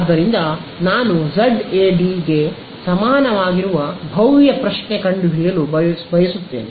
ಆದ್ದರಿಂದ ನಾನು ZAd ಗೆ ಸಮಾನವಾಗಿರುವ ಭವ್ಯ ಪ್ರಶ್ನೆ ಕಂಡುಹಿಡಿಯಲು ಬಯಸುತ್ತೇನೆ